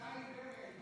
עיזה עיוורת,